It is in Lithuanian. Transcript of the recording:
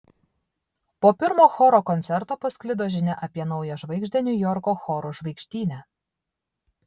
po pirmo choro koncerto pasklido žinia apie naują žvaigždę niujorko chorų žvaigždyne